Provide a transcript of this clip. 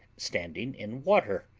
standing in water,